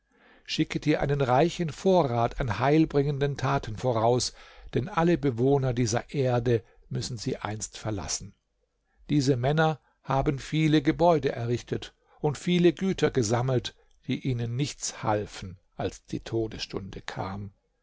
schicke dir einen reichen vorrat an heilbringenden taten voraus denn alle bewohner dieser erde müssen sie einst verlassen diese männer haben viele gebäude errichtet und viele güter gesammelt die ihnen nichts halfen als die todesstunde kam